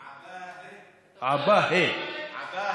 עבאהרה.